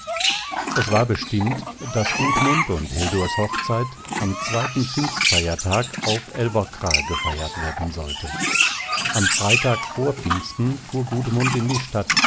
es war bestimmt daß gudmund und hildurs hochzeit am zweiten pfingstfeiertag auf älvkra gefeiert werden sollte am freitag vor pfingsten fuhr gudmund in die stadt